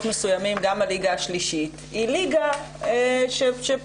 מסוימים גם הליגה השלישית היא ליגה שפועלת,